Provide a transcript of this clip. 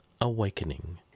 Awakening